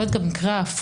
יכול להיות גם מקרה הפוך,